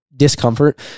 discomfort